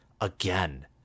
again